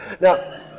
Now